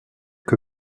que